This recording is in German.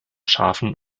schafen